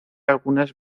algunas